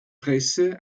presse